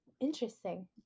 Interesting